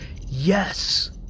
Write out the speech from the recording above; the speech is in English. Yes